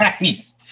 nice